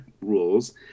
rules